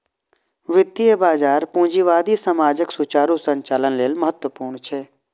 वित्तीय बाजार पूंजीवादी समाजक सुचारू संचालन लेल महत्वपूर्ण छै